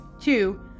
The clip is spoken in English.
two